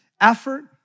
effort